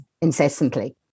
incessantly